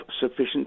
sufficient